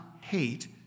hate